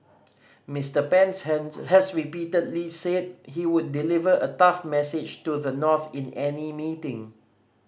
Mister Pence hanse has repeatedly said he would deliver a tough message to the North in any meeting